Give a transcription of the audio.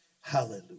Hallelujah